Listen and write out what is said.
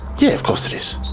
yeah, of course it is.